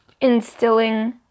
instilling